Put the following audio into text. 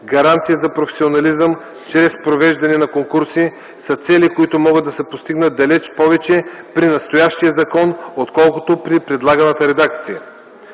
„гаранция за професионализъм, чрез провеждане на конкурси”, са цели, които могат да се постигнат далеч повече при настоящия закон, отколкото при предлаганата редакция.